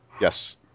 Yes